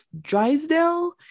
Drysdale